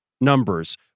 numbers